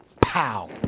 pow